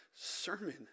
sermon